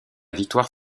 victoire